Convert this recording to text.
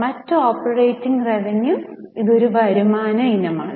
മറ്റു operating revenue ഇത് ഒരു വരുമാന ഇനമാണ്